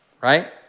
right